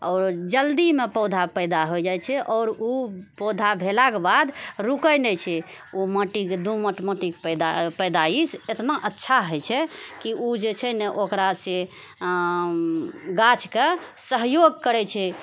आओर जल्दीमे पौधा पैदा हो जाइ छै आओर उ पौधा भेलाके बाद रुकै नहि छै उ माटिके दोमट माटिके पैदा पैदाइश इतना अच्छा हय छै कि उ जे छै ने ओकरासँ गाछके सहयोग करै छै